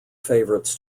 favorites